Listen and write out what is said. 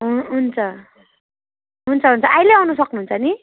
हु हुन्छ हुन्छ हुन्छ अहिले आउनु सक्नुहुन्छ नि